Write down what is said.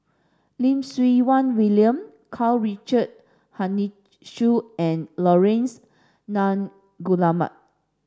Lim Siew Wai William Karl Richard Hanitsch and Laurence Nunns Guillemard